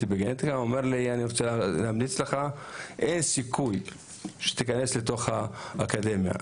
בגנטיקה שאמר לי שאין סיכוי שתיכנס לתוך האקדמיה,